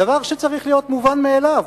הדבר שצריך להיות מובן מאליו.